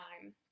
time